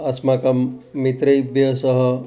अस्माकं मित्रैभ्य सह